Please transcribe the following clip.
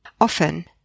Often